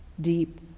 Deep